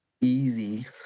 easy